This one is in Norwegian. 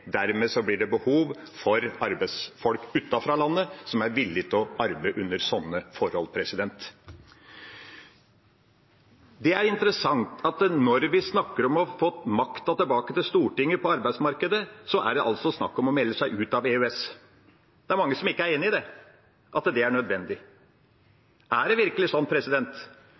Dermed blir det behov for arbeidsfolk utenfra, fra utlandet, som er villige til å arbeide under sånne forhold. Det er interessant at når vi snakker om å få makta over arbeidsmarkedet tilbake til Stortinget, er det altså snakk om å melde seg ut av EØS. Det er mange som ikke er enig i at det er nødvendig. Er det virkelig sånn